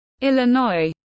Illinois